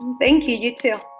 thank you. you, too.